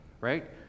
Right